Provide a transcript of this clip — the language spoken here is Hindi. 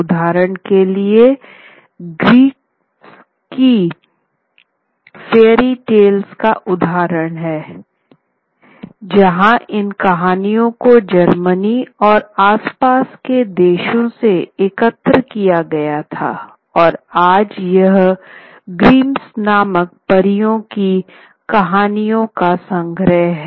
उदाहरण के लिए ग्रिम्स की फेयरी टेल्स एक उदाहरण है जहां इन कहानियों को जर्मनी और आसपास के देशो से एकत्र किया गया था और आज यह ग्रिम्स नामक परियों की कहानियों का संग्रह है